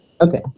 Okay